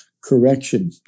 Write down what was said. correction